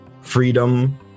freedom